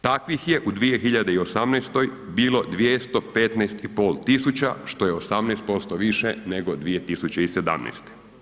Takvih je u 2018. bilo 215.500 tisuća što je 18% više nego 2017.